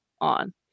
on